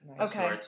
Okay